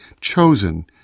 chosen